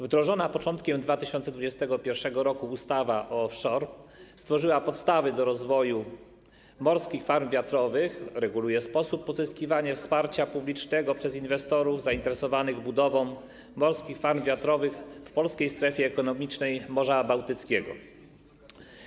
Wdrożona z początkiem 2021 r. ustawa offshore stworzyła podstawy do rozwoju morskich farm wiatrowych, reguluje sposób pozyskiwania wsparcia publicznego przez inwestorów zainteresowanych budową morskich farm wiatrowych w polskiej strefie ekonomicznej Morza Bałtyckiego.